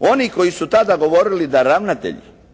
Oni koji su tada govorili da ravnatelji,